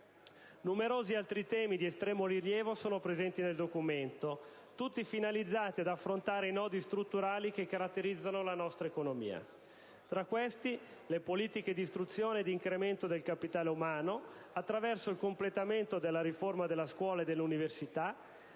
Numerosi altri temi di estremo rilievo sono presenti nel Documento, tutti finalizzati ad affrontare i nodi strutturali che caratterizzano la nostra economia. Tra questi, le politiche di istruzione e di incremento del capitale umano, attraverso il completamento della riforma della scuola e dell'università,